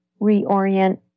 reorient